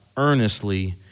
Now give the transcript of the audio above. Earnestly